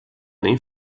nem